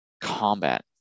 combat